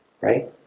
Right